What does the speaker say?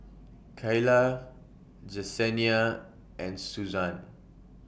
Cayla Jessenia and Suzan